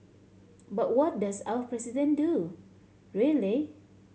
but what does our President do really